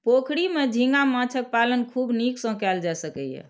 पोखरि मे झींगा माछक पालन खूब नीक सं कैल जा सकैए